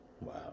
Wow